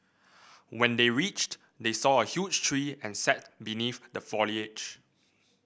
when they reached they saw a huge tree and sat beneath the foliage